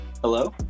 Hello